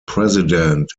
president